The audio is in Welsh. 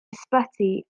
ysbyty